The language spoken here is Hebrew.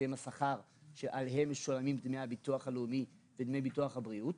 השכר שעליו משולמים דמי הביטוח הלאומי ודמי ביטוח הבריאות.